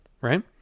Right